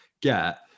get